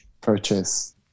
purchase